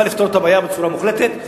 בא לפתור את הבעיה בצורה מוחלטת,